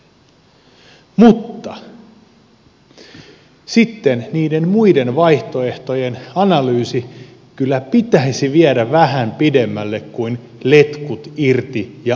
mutta sitten niiden muiden vaihtoehtojen analyysi kyllä pitäisi viedä vähän pidemmälle kuin letkut irti ja antaa mennä